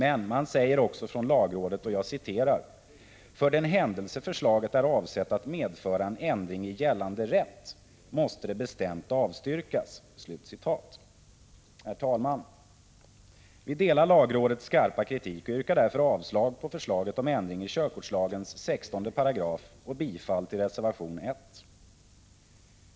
Lagrådet säger också: ”För den händelse förslaget är avsett att medföra en = Prot. 1985/86:159 ändring i gällande rätt måste det bestämt avstyrkas.” 2 juni 1986 Herr talman! Vi ansluter oss till lagrådets skarpa kritik och yrkar därför avslag på förslaget om ändring i körkortslagens 16 §, och bifall till reservation 1.